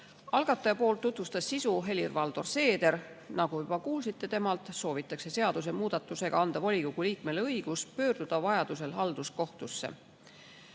Algatajate poolt tutvustas sisu Helir-Valdor Seeder. Nagu juba temalt kuulsite, soovitakse seadusemuudatusega anda volikogu liikmele õigus pöörduda vajadusel halduskohtusse.